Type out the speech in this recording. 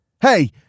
Hey